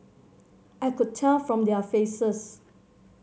I could tell from their faces